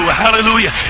hallelujah